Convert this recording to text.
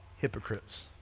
Hypocrites